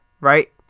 right